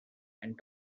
and